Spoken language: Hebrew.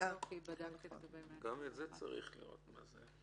לבדוק -- גם זה צריך לראות מה זה.